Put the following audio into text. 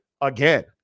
again